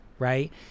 right